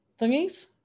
thingies